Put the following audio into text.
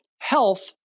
health